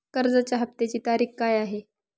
कर्जाचा हफ्त्याची तारीख काय आहे?